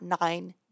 nine